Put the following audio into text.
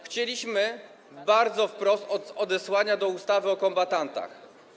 Chcieliśmy bardzo wprost odesłania do ustawy o kombatantach.